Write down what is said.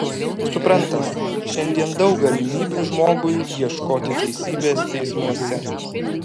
suprantama šiandien daug galimybių žmogui ieškoti teisybės teismuose